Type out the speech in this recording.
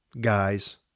Guys